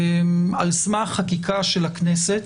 על סמך חקיקה של הכנסת,